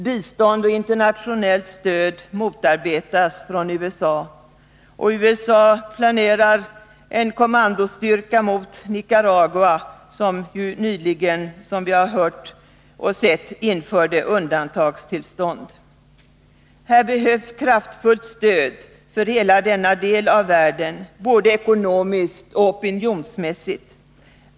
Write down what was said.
Bistånd och internationellt stöd motarbetas från USA, som planerar en kommandostyrka mot Nicaragua, som i går — som vi har hört och sett — införde undantagstillstånd. Här behövs kraftfullt stöd för hela denna del av världen, både ekonomiskt och opinionsmässigt.